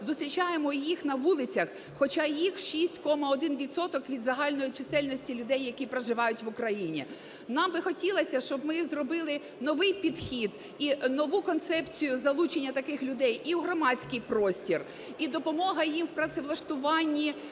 зустрічаємо їх на вулицях, хоча їх 6,(кома)1 відсоток від загальної чисельності людей, які проживають в Україні. Нам би хотілося, щоб ми зробили новий підхід і нову концепцію залучення таких людей і в громадський простір, і допомога їм в працевлаштуванні